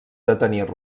detenir